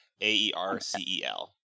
A-E-R-C-E-L